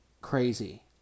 crazy